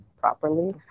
properly